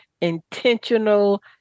intentional